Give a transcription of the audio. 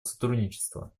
сотрудничества